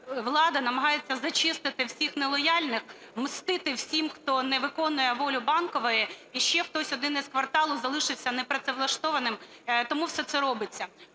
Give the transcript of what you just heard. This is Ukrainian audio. влада намагається зачистити всіх нелояльних, мстити всім, хто не виконує волю Банкової, і ще хтось один із "кварталу" залишився не працевлаштованим, тому все це робиться.